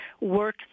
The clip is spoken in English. work